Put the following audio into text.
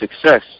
success